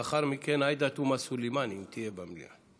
לאחר מכן, עאידה תומא סלימאן, אם תהיה במליאה.